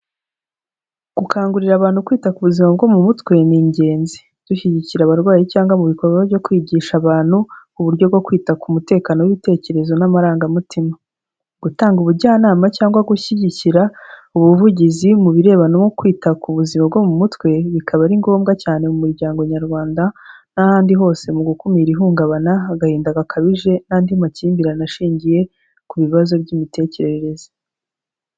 Gukangurira abantu kwita ku buzima bwo mu mutwe ni ingenzi, dushyigikira abarwayi cyangwa mu bikorwa byo kwigisha abantu uburyo bwo kwita ku mutekano w'ibitekerezo n'amarangamutima. Gutanga ubujyanama cyangwa gushyigikira ubuvugizi mu birebana no kwita ku buzima bwo mu mutwe, bikaba ari ngombwa cyane mu muryango Nyarwanda n'ahandi hose mu gukumira ihungabana, agahinda gakabije n'andi makimbirane ashingiye ku bibazo by'imitekerereze.